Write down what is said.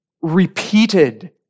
repeated